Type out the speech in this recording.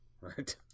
right